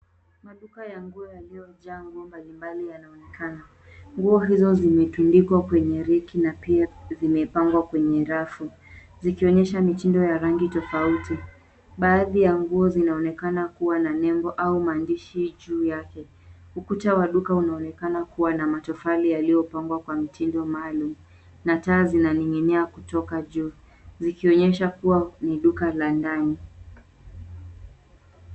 Maduka ya nguo yaliyojaa nguo mbalimbali yanaonekana. Nguo hizo zimetundikwa kwenye reki na pia zimepangwa kwenye rafu zikionyesha mitindo ya rangi tofauti. Baadhi ya nguo zinaonekana kwa na nebo au maandishi juu yake. Ukuta wa duka unaonekana kuwa na matofali yaliyopangwa kwa mitindo maalum. Na taa zinaning'inia kutoka juu zikionyesha kuwa ni duka la ndani.